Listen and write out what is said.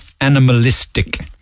animalistic